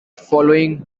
following